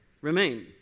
Remain